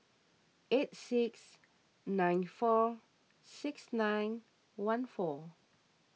eight six nine four six nine one four